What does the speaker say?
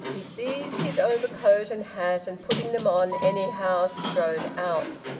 he seized his overcoat and hat, and putting them on anyhow, strode out.